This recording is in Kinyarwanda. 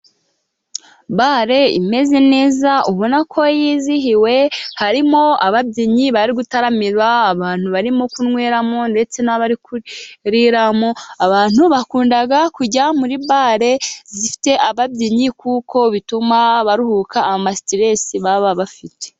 Bare imeze neza ubona ko yizihiwe, harimo ababyinnyi bari gutaramira abantu barimo kunyweramo, ndetse n'abari kuriramo. Abantu bakunda kujya muri bare zifite ababyinnyi, kuko bituma baruhuka amasiterese baba bafite.